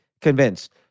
convinced